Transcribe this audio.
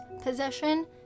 possession